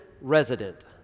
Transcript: resident